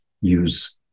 use